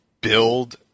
build